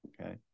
okay